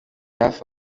hafi